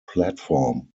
platform